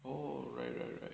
oh right right right